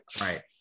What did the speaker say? Right